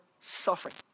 suffering